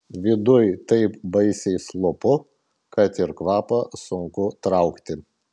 viduj taip baisiai slopu kad ir kvapą sunku traukti